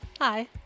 Hi